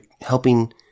helping